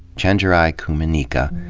chenjerai kumanyika,